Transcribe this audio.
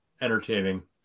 entertaining